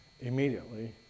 immediately